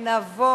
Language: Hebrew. נתקבלה.